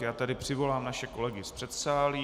Já tedy přivolám naše kolegy z předsálí.